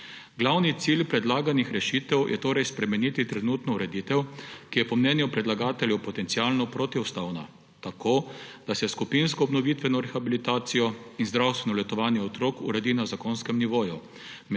Glavni cilj predlaganih rešitev je torej spremeniti trenutno ureditev, ki je po mnenju predlagateljev potencialno protiustavna, tako, da se skupinsko obnovitveno rehabilitacijo in zdravstveno letovanje otrok uredi na zakonskem nivoju.